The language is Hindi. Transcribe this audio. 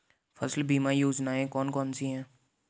फसल बीमा योजनाएँ कौन कौनसी हैं?